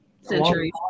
centuries